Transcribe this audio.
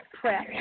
press